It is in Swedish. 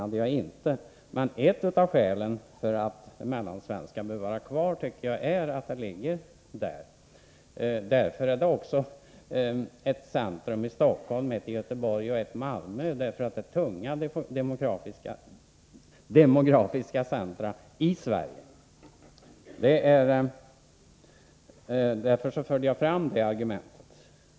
Ett av skälen till att det mellansvenska distriktet skall bevaras är just läget. Därför finns det också ett centrum i Stockholm, ett i Göteborg och ett i Malmö — det är tunga demografiska centra i Sverige. Detta var anledningen till att jag förde fram det här argumentet.